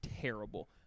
terrible